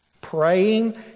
praying